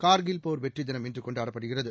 கார்கில் போர் வெற்றி தினம் இன்று கொண்டாடப்படுகிறது